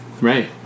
Right